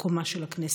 מקומה של הכנסת.